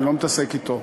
אני לא מתעסק אתו.